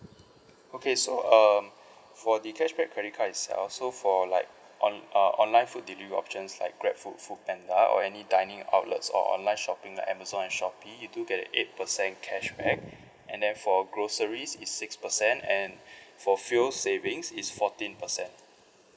okay so uh for the cashback credit card itself so for like on uh online food delivery options like grabfood foodpanda or any dining outlets or online shopping like amazon and shopee you do get a eight percent cashback and then for groceries is six percent and for fuel savings is fourteen percent